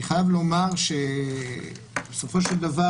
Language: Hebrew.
אני חייב לומר שבסופו של דבר,